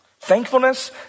Thankfulness